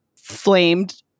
flamed